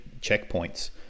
checkpoints